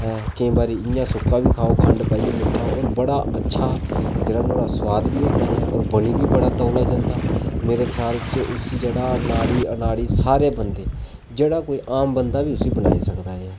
केईं बारी इ'यां सुक्का बी खंड पाइयै मिट्ठा बी बड़ा अच्छा जेह्ड़ा नुहाड़ा सुआद बी होंदा ऐ होर बनी बी तौला जंदा ऐ मेरे ख्याल च उसी जेह्ड़ा नाड़ी अनाड़ी सारे बंदे जेह्ड़ा कोई आम बंदा बी उसी बनाई सकदा ऐ